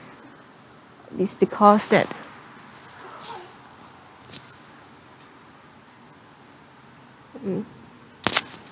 is because that mm